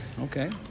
Okay